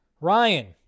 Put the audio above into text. Ryan